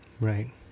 Right